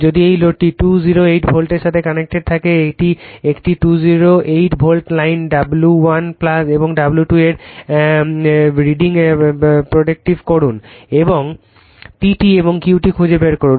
যদি লোডটি 208 ভোল্টের সাথে কানেক্টেড থাকে একটি 208 ভোল্ট লাইন W1 এবং W2 এর রিডিং প্রেডিক্ট করুন এবং PT এবং Q T খুঁজে বের করুন